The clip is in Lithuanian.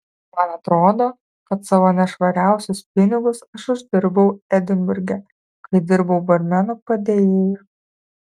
man atrodo kad savo nešvariausius pinigus aš uždirbau edinburge kai dirbau barmeno padėjėju